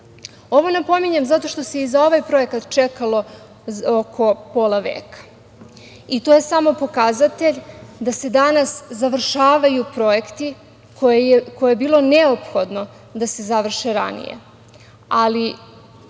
Ovo napominjem zato što se i za ovaj projekat čekalo oko pola veka. To je samo pokazatelj da se danas završavaju projekti koji su bili neophodni da se završe ranije,